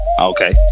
Okay